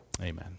Amen